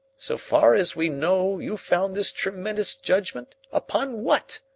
so far as we know, you found this tremendous judgment upon what?